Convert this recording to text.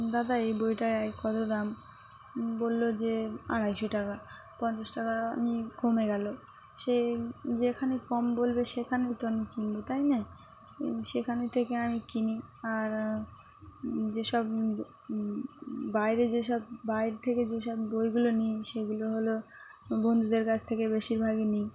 দাদা এই বইটায় কত দাম বললো যে আড়াইশো টাকা পঞ্চাশ টাকা আম কমে গেলো সেই যেখানে কম বলবে সেখানেই তো আমি কিনবো তাই না সেখান থেকে আমি কিনি আর যেসব বাইরে যেসব বাইরে থেকে যেসব বইগুলো নিই সেগুলো হলো বন্ধুদের কাছ থেকে বেশিরভাগই নিই